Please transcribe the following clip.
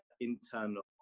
internal